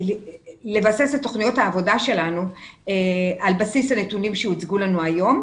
לבסס את תוכניות העבודה שלנו על בסיס הנתונים שהוצגו לנו היום,